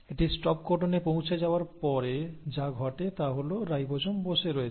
এটি স্টপ কোডনে পৌঁছে যাওয়ার পরে যা ঘটে তা হল রাইবোজোম বসে রয়েছে